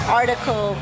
article